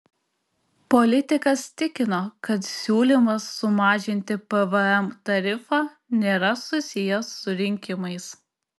politikas tikino kad siūlymas sumažinti pvm tarifą nėra susijęs su rinkimais